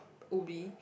Ubi